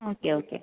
okay okay